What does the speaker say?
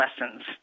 lessons